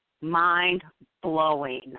Mind-blowing